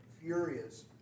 furious